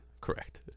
correct